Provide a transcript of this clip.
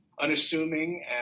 unassuming